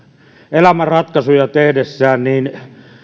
elämänratkaisuja tehdessään tarvitsevat